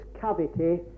cavity